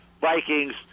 Vikings